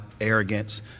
arrogance